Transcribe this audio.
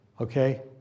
Okay